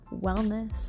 wellness